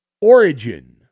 origin